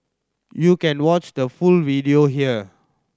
you can watch the full video here